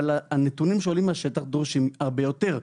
אבל הנתונים שעולים מהשטח דורשים הרבה יותר.